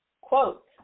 Quote